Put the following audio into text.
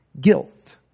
guilt